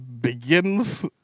Begins